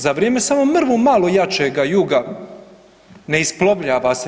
Za vrijeme samo mrvu malo jačega juga ne isplovljava se.